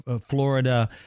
Florida